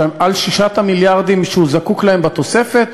על 6 המיליארדים שהוא זקוק להם בתוספת.